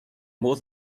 more